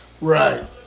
Right